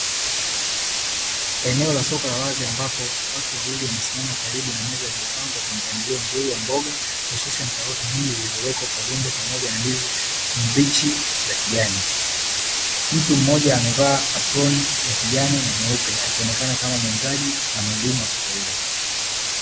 Eneo la soko la wazi ambapo watu wawili wamesimama karibu na meza iliyopangwa kwa mpangilio mzuri wa mboga hususan karoti nyingi zilizowekwa kwa rundo pamoja na ndizi mbichi za kijani, mtu mmoja amevaa apron ya kijani na nyeupe akionekana kama muuzaji na mhudumu wa soko hilo .